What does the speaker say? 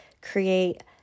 create